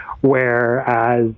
whereas